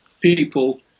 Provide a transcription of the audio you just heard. people